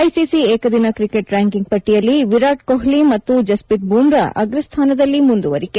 ICC ಏಕದಿನ cricket ranking ಪಟ್ಟಿಯಲ್ಲಿ ವಿರಾಟ್ ಕೊಹ್ಲಿ ಮತ್ತು ಜಸ್ಪೀತ್ ಬೂಮ್ರಾ ಅಗ್ರಸ್ಥಾನದಲ್ಲಿ ಮುಂದುವರಿಕೆ